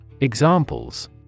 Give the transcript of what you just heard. Examples